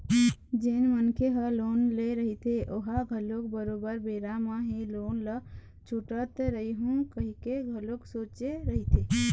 जेन मनखे ह लोन ले रहिथे ओहा घलोक बरोबर बेरा म ही लोन ल छूटत रइहूँ कहिके घलोक सोचे रहिथे